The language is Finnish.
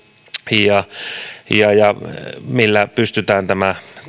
millä pystytään tämä